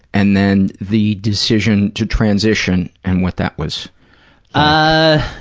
and then the decision to transition and what that was ah